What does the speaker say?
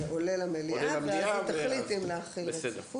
זה עולה למליאה ואז היא תחליט אם להחיל רציפות.